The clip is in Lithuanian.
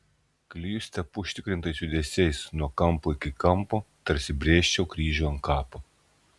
klijus tepu užtikrintais judesiais nuo kampo iki kampo tarsi brėžčiau kryžių ant kapo